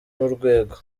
n’urwego